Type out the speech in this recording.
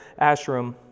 ashram